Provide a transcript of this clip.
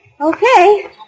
Okay